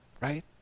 right